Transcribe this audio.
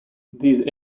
these